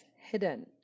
hidden